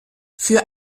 für